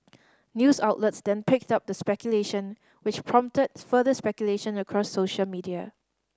news outlets then picked up the speculation which prompted further speculation across social media